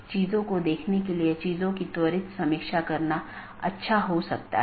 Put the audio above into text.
इसलिए दूरस्थ सहकर्मी से जुड़ी राउटिंग टेबल प्रविष्टियाँ अंत में अवैध घोषित करके अन्य साथियों को सूचित किया जाता है